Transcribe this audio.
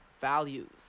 values